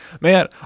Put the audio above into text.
man